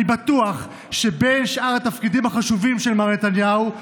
אני בטוח שבין שאר התפקידים החשובים של מר נתניהו,